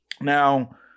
Now